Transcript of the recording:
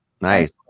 Nice